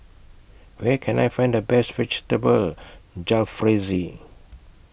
Where Can I Find The Best Vegetable Jalfrezi